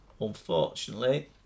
Unfortunately